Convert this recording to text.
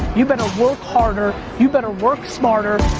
you better work harder, you better work smarter.